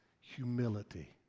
humility